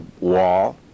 wall